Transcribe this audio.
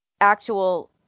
actual